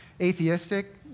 atheistic